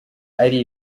ari